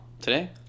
Today